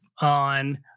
on